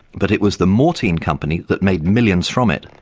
but it was the mortein company that made millions from it,